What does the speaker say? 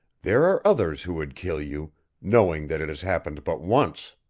there are others who would kill you knowing that it has happened but once.